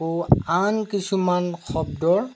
আকৌ আন কিছুমান শব্দৰ